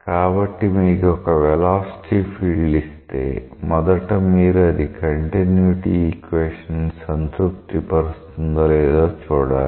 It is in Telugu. కాబట్టి మీకొక వెలాసిటీ ఫీల్డ్ ఇస్తే మొదట మీరు అది కంటిన్యుటీ ఈక్వేషన్ ని సంతృప్తి పరుస్తుందో లేదో చూడాలి